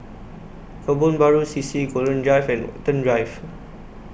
Kebun Baru C C Golden Drive and Watten Drive